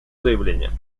заявление